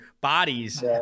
bodies